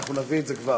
אנחנו נביא את זה כבר.